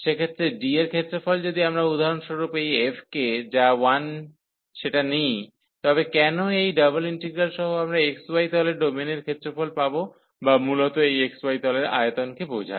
সেক্ষেত্রে D এর ক্ষেত্রফল যদি আমরা উদাহরণস্বরূপ এই f কে যা 1 সেটা নিই তবে কেন এই ডাবল ইন্টিগ্রাল সহ আমরা xy তলে ডোমেনের ক্ষেত্রফল পাব বা মূলত এটি xy তলের আয়তনকে বোঝায়